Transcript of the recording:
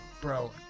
bro